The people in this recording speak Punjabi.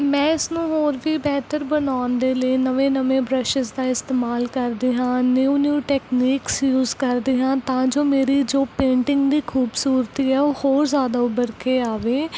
ਮੈਂ ਇਸ ਨੂੰ ਹੋਰ ਵੀ ਬਿਹਤਰ ਬਣਾਉਣ ਦੇ ਲਈ ਨਵੇਂ ਨਵੇਂ ਬ੍ਰਸ਼ਿਸ਼ ਦਾ ਇਸਤੇਮਾਲ ਕਰਦੀ ਹਾਂ ਨਿਊ ਨਿਊ ਟੈਕਨੀਕਸ ਯੂਸ ਕਰਦੀ ਹਾਂ ਤਾਂ ਜੋ ਮੇਰੀ ਜੋ ਪੇਂਟਿੰਗ ਦੀ ਖੂਬਸੂਰਤੀ ਆ ਉਹ ਹੋਰ ਜ਼ਿਆਦਾ ਉਭਰ ਕੇ ਆਵੇ